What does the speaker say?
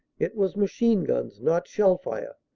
it was machine-guns, not shell fire,